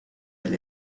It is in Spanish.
del